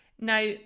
Now